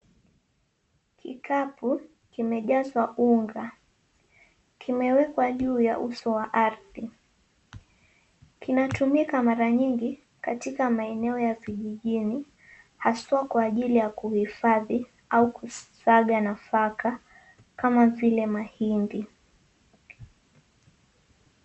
Kikapu kimejazwa unga. Kimewekwa juu ya uso wa ardhi. Kinatumika mara nyingi katika maeneo ya vijijini haswa kwa ajili ya kuhifadhi au kusaga nafaka kama vile mahindi.